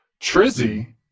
Trizzy